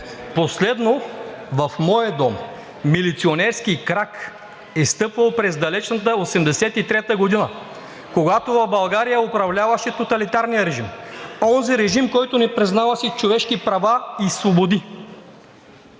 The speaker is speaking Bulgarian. „Последно в моя дом милиционерски крак е стъпвал през далечната 1983 г., когато в България управляваше тоталитарният режим. Онзи режим, който не признаваше човешки права и свободи.